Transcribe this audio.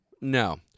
no